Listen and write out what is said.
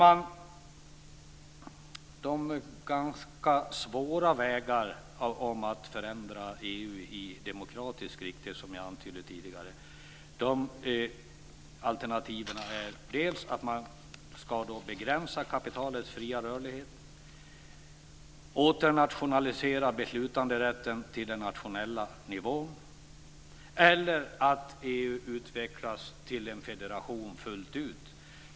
Jag antydde tidigare att det finns ganska svåra vägar för att förändra EU i demokratisk riktning. De alternativen är att man begränsar kapitalets fria rörlighet, återför beslutanderätten till den nationella nivån eller att EU utvecklas till en federation fullt ut.